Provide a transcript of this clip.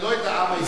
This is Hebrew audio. ולא את העם הישראלי.